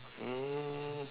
um